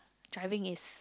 driving is